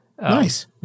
Nice